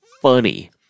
funny